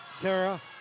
Kara